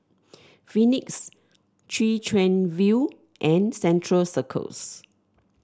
Phoenix Chwee Chian View and Central Circus